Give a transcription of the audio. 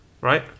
right